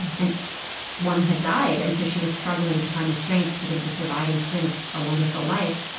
and one had died. and so she was struggling to find the strength to give the surviving twin a ah wonderful life.